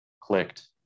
clicked